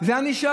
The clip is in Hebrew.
זה היה נשאר,